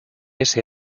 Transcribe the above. ese